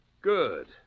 Good